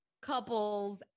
couples